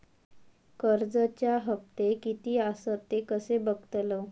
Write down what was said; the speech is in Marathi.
कर्जच्या हप्ते किती आसत ते कसे बगतलव?